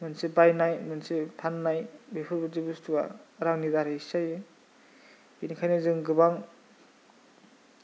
मोनसे बायनाय फाननाय बेफोरबादि बस्थुआ रांनि दारैसो जायो बेनिखायनो जों गोबां